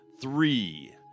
three